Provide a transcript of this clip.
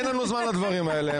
אין לנו זמן לדברים האלה.